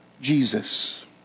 Jesus